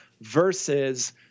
Versus